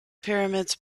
pyramids